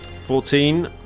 Fourteen